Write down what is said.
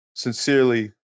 Sincerely